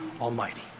Almighty